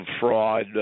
fraud